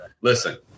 Listen